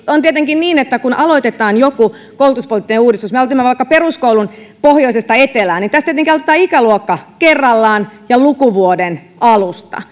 on tietenkin niin että kun aloitetaan joku koulutuspoliittinen uudistus me vaikkapa aloitimme peruskoulun pohjoisesta etelään niin tässä tietenkin aloitetaan ikäluokka kerrallaan ja lukuvuoden alusta